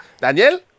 Daniel